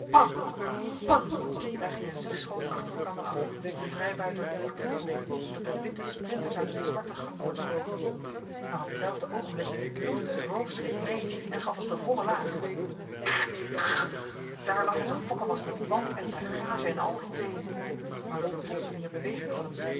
daar gingen zes schoten achter elkander af den vrijbuiter vlak in den boeg dat de witte splinters uit het zwarte gangboord vlogen maar op hetzelfde oogenblik loefde het roofschip mee en gaf ons de volle laag krak krak daar lag onze fokkemast met want en tuigage en al in zee maar door de plotselinge beweging van het schip